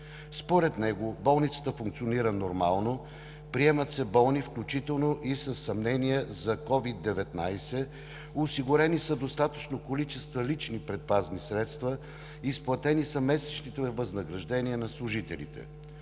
Според него болницата функционира нормално. Приемат се болни включително и със съмнения за COVID-19. Осигурени са достатъчно количества лични предпазни средства. Изплатени са месечните възнаграждения на служителите.